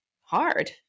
hard